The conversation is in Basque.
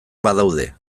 badaude